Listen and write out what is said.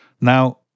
Now